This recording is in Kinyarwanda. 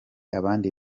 abandi